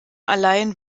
allein